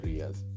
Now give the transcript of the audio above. years